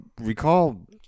recall